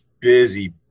busy